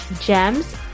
Gems